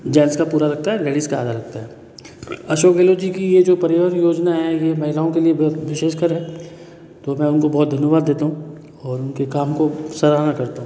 gents का पूरा लगता है लेडिज का आधा लगता है अशोक गहलोत जी की ये जो परिवहन योजना है ये महिलाओं के लिए विशेषकर तो मैं उनको बहुत धन्यवाद देता हूँ और उनके काम को सराहना करता हूँ